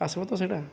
ଆସିବ ତ ସେଇଟା